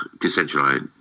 decentralized